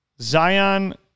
Zion